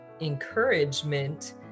encouragement